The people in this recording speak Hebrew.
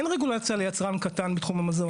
אין רגולציה ליצרן קטן בתחום המזון.